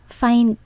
find